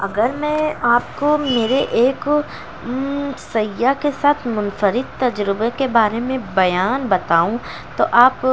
اگر میں آپ کو میرے ایک سیاح کے ساتھ منفرد تجربے کے بارے میں بیان بتاؤں تو آپ